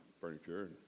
furniture